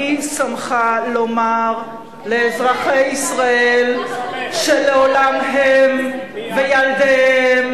מי שמך לומר לאזרחי ישראל שלעולם הם וילדיהם